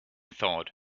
thought